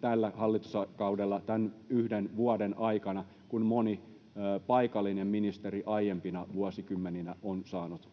tällä hallituskaudella tämän yhden vuoden aikana kuin moni paikallinen ministeri aiempina vuosikymmeninä on saanut.